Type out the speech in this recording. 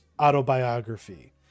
autobiography